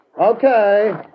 okay